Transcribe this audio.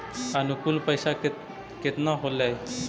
अनुकुल पैसा केतना होलय